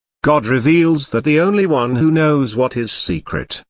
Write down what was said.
god reveals that the only one who knows what is secret,